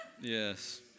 Yes